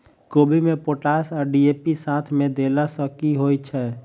कोबी मे पोटाश आ डी.ए.पी साथ मे देला सऽ की होइ छै?